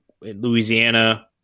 Louisiana